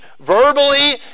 verbally